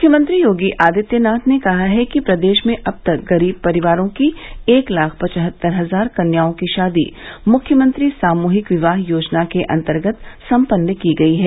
मुख्यमंत्री योगी आदित्यनाथ ने कहा है कि प्रदेश में अब तक गरीब परिवारों की एक लाख पचहत्तर हजार कन्याओं की शादी मुख्यमंत्री सामूहिक विवाह योजना के अन्तर्गत सम्पन्न की गयी है